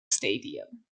stadium